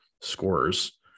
scores